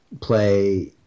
play